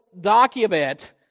document